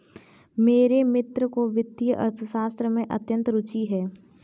मेरे मित्र को वित्तीय अर्थशास्त्र में अत्यंत रूचि है